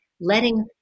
letting